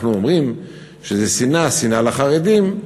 אנחנו אומרים שזאת שנאה, שנאה לחרדים.